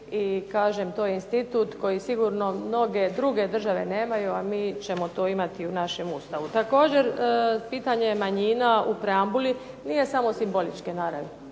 i kažem, to je institut koji sigurno mnoge druge države nemaju, a mi ćemo to imati u našem Ustavu. Također pitanje manjina u preambuli nije samo simboličke naravi.